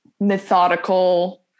methodical